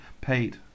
paid